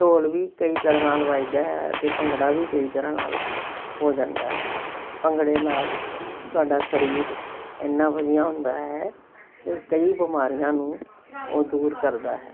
ਢੋਲ ਵੀ ਕਈ ਤਰ੍ਹਾਂ ਨਾਲ ਵੱਜਦਾ ਹੈ ਅਤੇ ਭੰਗੜਾ ਵੀ ਕਈ ਤਰ੍ਹਾਂ ਨਾਲ ਹੋ ਜਾਂਦਾ ਹੈ ਭੰਗੜੇ ਨਾਲ ਤੁਹਾਡਾ ਸਰੀਰ ਇੰਨਾਂ ਵਧੀਆ ਹੁੰਦਾ ਹੈ ਕਿ ਕਈ ਬਿਮਾਰੀਆਂ ਨੂੰ ਉਹ ਦੂਰ ਕਰਦਾ ਹੈ